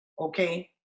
okay